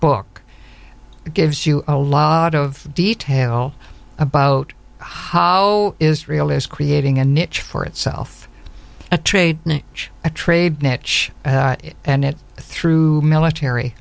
book gives you a lot of detail about how israel is creating a niche for itself a trade a trade niche and it through military